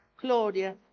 Claudia